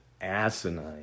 asinine